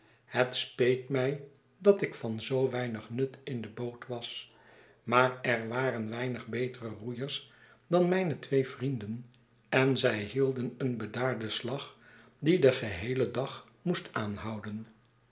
het speet mij dat ik van zoo weinig nut in de boot was maar er waren weinig betere roeiers dan mijne twee vrienden en zij hielden een bedaarden slag die den geheelen dag moes t aanhouden